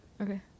Okay